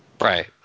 Right